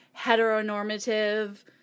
heteronormative